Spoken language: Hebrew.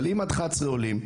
אבל אם עד 11:00 עולים,